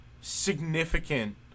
significant